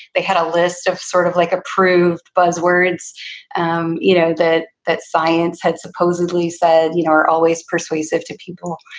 they had a list of sort of like approved buzzwords um you know that that science had supposedly said you know are always persuasive to people,